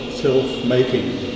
Self-making